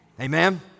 Amen